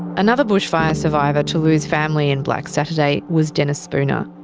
another bushfire survivor to lose family in black saturday was denis spooner.